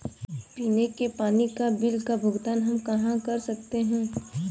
पीने के पानी का बिल का भुगतान हम कहाँ कर सकते हैं?